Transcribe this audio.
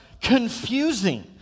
Confusing